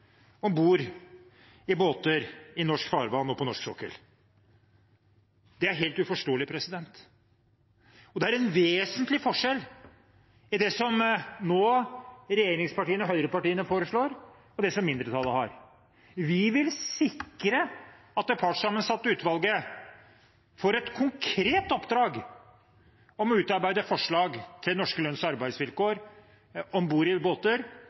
om bord i båter i norsk farvann og på norsk sokkel. Det er helt uforståelig. Og det er en vesentlig forskjell mellom det regjeringspartiene og høyrepartiene nå foreslår, og det mindretallet foreslår: Vi vil sikre at det partssammensatte utvalget får et konkret oppdrag om å utarbeide forslag til norske lønn- og arbeidsvilkår om bord i båter